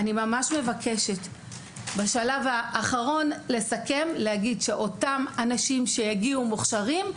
אני ממש מבקשת לסכם ולהגיד שאותם אנשים שיגיעו מוכשרים,